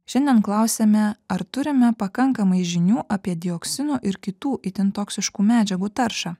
šiandien klausėme ar turime pakankamai žinių apie dioksinų ir kitų itin toksiškų medžiagų taršą